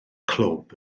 clwb